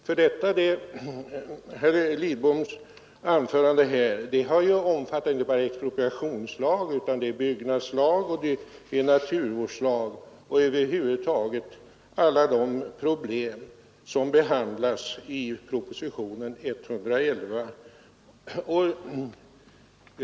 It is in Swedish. Herr Lidboms anförande omfattade ju inte bara expropriationslag utan också byggnadslag och naturvårdslag och över huvud taget alla de problem som behandlas i propositionen 111.